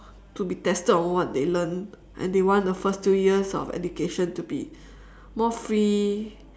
to be tested on what they learn and they want the first few years of education to be more free